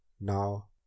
Now